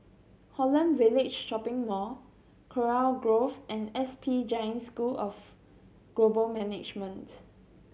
Holland Village Shopping Mall Kurau Grove and S P Jain School of Global Management